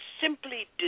simply